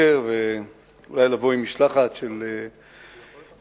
ואולי לבוא עם משלחת של נציגים.